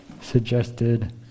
suggested